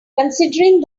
considering